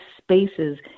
spaces